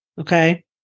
Okay